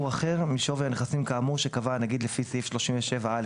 אחר משווי הנכסים כאמור שקבע הנגיד לפי סעיף 37(א)(1)